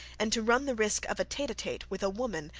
and to run the risk of a tete-a-tete with a woman,